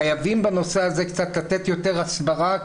חייבים בנושא הזה קצת לתת יותר הסברה,